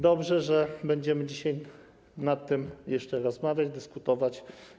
Dobrze, że będziemy dzisiaj o tym jeszcze rozmawiać, dyskutować.